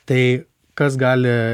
tai kas gali